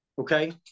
Okay